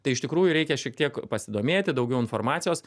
tai iš tikrųjų reikia šiek tiek pasidomėti daugiau informacijos